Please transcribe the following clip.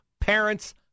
parents